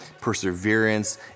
perseverance